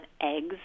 eggs